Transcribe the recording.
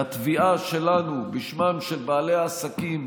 והתביעה שלנו בשמם של בעלי העסקים,